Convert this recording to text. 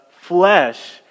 flesh